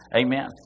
Amen